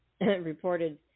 reported